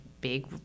big